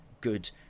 good